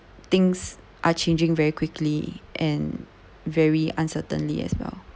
things are changing very quickly and very uncertainly as well